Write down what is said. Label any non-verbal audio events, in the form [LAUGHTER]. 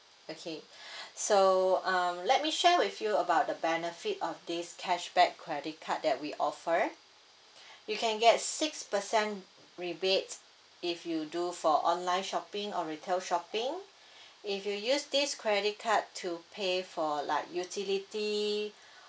okay [BREATH] so um let me share with you about the benefit of this cashback credit card that we offer you can get six percent rebate if you do for online shopping or retail shopping [BREATH] if you use this credit card to pay for like utility